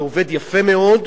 זה עובד יפה מאוד,